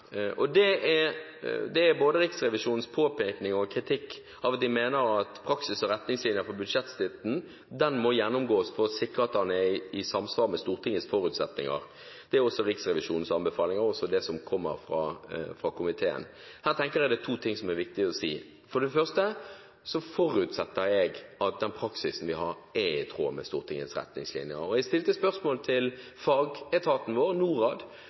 Riksrevisjonens påpekning og kritikk av at de mener at praksis og retningslinjer for budsjettstøtten må gjennomgås for å sikre at den er i samsvar med Stortingets forutsetninger. Det er Riksrevisjonens anbefaling, og også det som kommer fra komiteen. Her tenker jeg at det er to ting som er viktig å si. For det første forutsetter jeg at den praksisen vi har, er i tråd med Stortingets retningslinjer. Jeg stilte spørsmål til fagetaten vår, Norad,